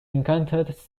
encounters